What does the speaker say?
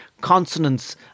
consonants